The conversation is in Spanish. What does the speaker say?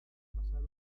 pasar